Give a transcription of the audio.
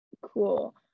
cool